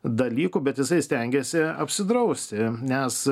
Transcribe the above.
dalykų bet jisai stengiasi apsidrausti nes